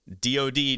DOD